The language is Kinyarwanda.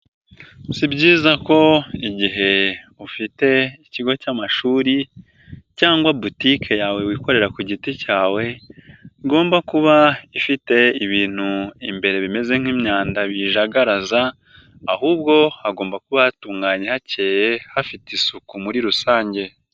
Si byiza ko igihe ufite ikigo cy'amashuri cyangwa botike yawe wikorera ku giti cyawe, ugomba kuba ifite ibintu imbere bimeze nk'imyanda biyijagaraza, ahubwo hagomba kuba hatunganye hakeye hafite isuku muri rusange.